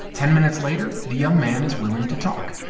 ten minutes later, the young man is willing to talk,